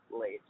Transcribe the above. late